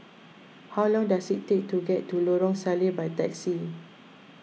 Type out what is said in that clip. how long does it take to get to Lorong Salleh by taxi